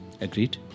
Agreed